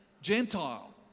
Gentile